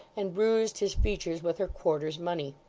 and bruised his features with her quarter's money.